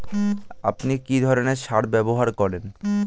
আপনি কী ধরনের সার ব্যবহার করেন?